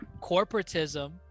corporatism